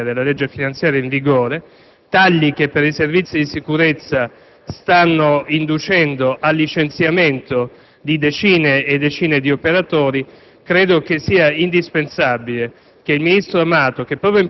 a seguito dei tagli della legge finanziaria in vigore, tagli che per i Servizi di sicurezza stanno inducendo al licenziamento di decine e decine di operatori.